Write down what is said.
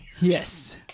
Yes